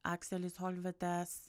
akselis holvitas